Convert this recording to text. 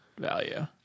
value